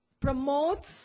promotes